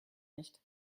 nicht